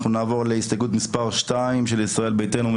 אנחנו נעבור להסתייגות מספר 2 של קבוצת ישראל ביתנו,